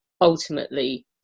ultimately